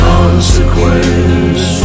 Consequence